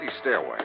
stairway